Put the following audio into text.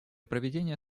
проведения